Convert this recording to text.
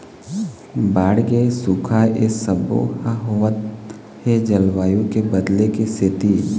बाड़गे, सुखा ए सबो ह होवत हे जलवायु के बदले के सेती